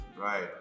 Right